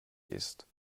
ist